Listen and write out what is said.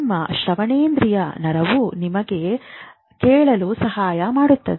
ನಿಮ್ಮ ಶ್ರವಣೇಂದ್ರಿಯ ನರವು ನಿಮಗೆ ಕೇಳಲು ಸಹಾಯ ಮಾಡುತ್ತದೆ